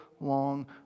long